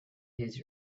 his